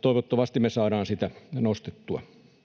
Toivottavasti me saadaan sitä nostettua.